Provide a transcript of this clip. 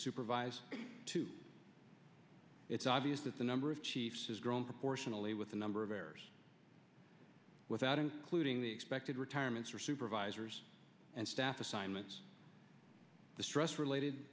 supervise too it's obvious that the number of chiefs has grown proportionally with the number of errors without including the expected retirements are supervisors and staff assignments the stress related